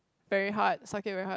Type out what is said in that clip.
very hard suck it very hard